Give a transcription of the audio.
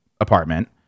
apartment